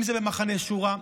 אם זה במחנה שורה,